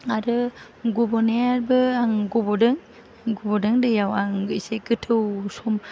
आरो गब'नायाबो आं गब'दों गब'दों दैयाव आं एसे गोथौ सम